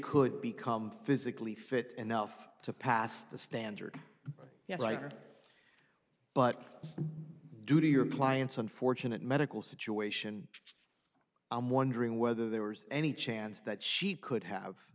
could become physically fit enough to pass the standard lighter but due to your client's unfortunate medical situation i'm wondering whether there was any chance that she could have